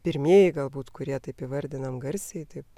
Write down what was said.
pirmieji galbūt kurie taip įvardinam garsiai taip